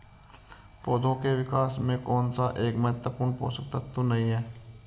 पौधों के विकास में कौन सा एक महत्वपूर्ण पोषक तत्व नहीं है?